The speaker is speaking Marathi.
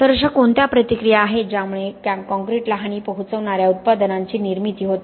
तर अशा कोणत्या प्रतिक्रिया आहेत ज्यामुळे कॉंक्रिटला हानी पोहोचवणाऱ्या उत्पादनांची निर्मिती होते